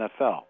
NFL